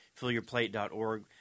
fillyourplate.org